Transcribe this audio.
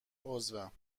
عضوم